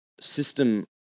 system